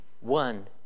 one